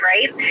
Right